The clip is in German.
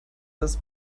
dass